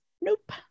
Nope